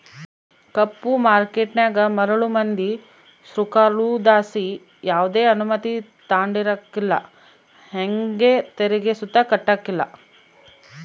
ಕಪ್ಪು ಮಾರ್ಕೇಟನಾಗ ಮರುಳು ಮಂದಿ ಸೃಕಾರುದ್ಲಾಸಿ ಯಾವ್ದೆ ಅನುಮತಿ ತಾಂಡಿರಕಲ್ಲ ಹಂಗೆ ತೆರಿಗೆ ಸುತ ಕಟ್ಟಕಲ್ಲ